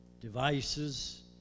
devices